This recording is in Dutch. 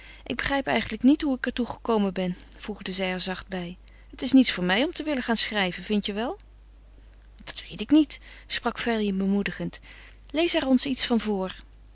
ik begrijp eigenlijk niet hoe ik er toe gekomen ben voegde zij er zacht bij het is niets voor mij om te willen gaan schrijven vindt je wel dat weet ik niet sprak freddy bemoedigend lees er ons iets van voor